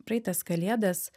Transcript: praeitas kalėdas